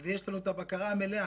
אז יש לנו את הבקרה המלאה.